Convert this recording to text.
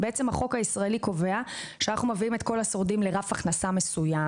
החוק הישראלי קובע שמביאים את כל השורדים לרף הכנסה מסוים.